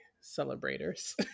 celebrators